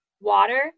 Water